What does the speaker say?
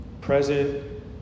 Present